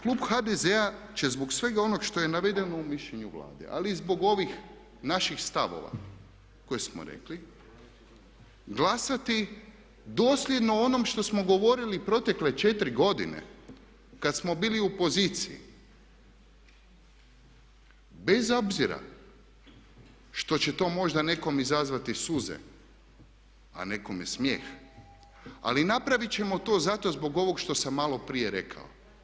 Klub HDZ-a će zbog svega onog što je navedeno u mišljenju Vlade ali i zbog ovih naših stavova koje smo rekli glasati dosljedno onom što smo govorili protekle 4 godine kad smo bili u opoziciji bez obzira što će to možda nekom izazvati suze a nekome smijeh ali napravit ćemo to zato zbog ovog što sam maloprije rekao.